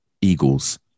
eagles